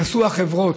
יעשו החברות,